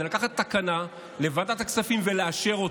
לקחת תקנה לוועדת הכספים ולאשר אותה.